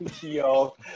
yo